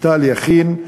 אביטל יכין,